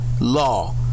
law